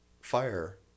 fire